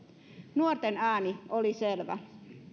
nuorten ääni oli selvä